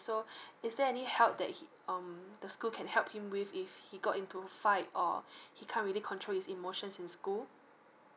so is there any help that he um the school can help him with if he got into a fight or he can't really control his emotions in school